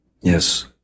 yes